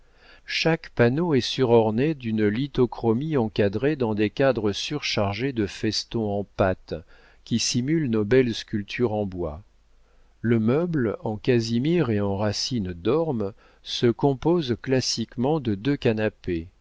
chaque panneau est surorné d'une lithochromie encadrée dans des cadres surchargés de festons en pâte qui simulent nos belles sculptures en bois le meuble en casimir et en racine d'orme se compose classiquement de deux canapés